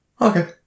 Okay